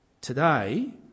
today